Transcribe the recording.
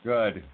Good